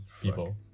people